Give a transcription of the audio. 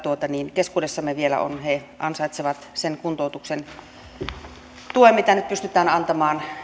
keskuudessamme vielä on he ansaitsevat sen kuntoutuksen ja tuen mitä nyt pystytään antamaan